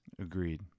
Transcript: Agreed